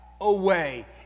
Away